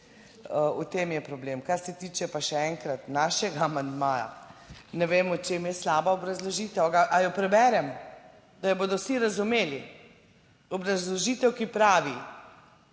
V tem je problem. Kar se tiče pa še enkrat, našega amandmaja, ne vem v čem je slaba obrazložitev ali jo preberem, da jo bodo vsi razumeli, obrazložitev, ki pravi,